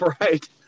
Right